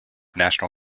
national